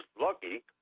lucky